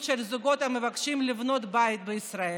של זוגות המבקשים לבנות את בית בישראל,